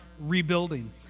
rebuilding